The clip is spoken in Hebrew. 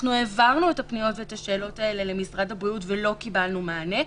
אנחנו העברנו את הפניות ואת השאלות האלה למשרד הבריאות ולא קיבלנו מענה.